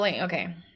Okay